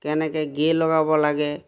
কেনেকৈ লগাব লাগে